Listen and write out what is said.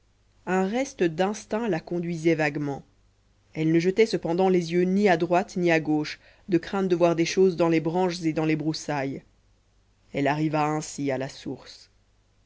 un reste d'instinct la conduisait vaguement elle ne jetait cependant les yeux ni à droite ni à gauche de crainte de voir des choses dans les branches et dans les broussailles elle arriva ainsi à la source